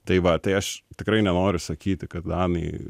tai va tai aš tikrai nenoriu sakyti kad danai